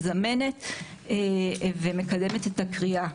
מזמנת ומקדמת את הקריאה.